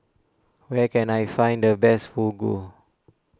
where can I find the best Fugu